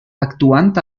actuant